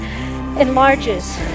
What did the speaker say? enlarges